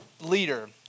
leader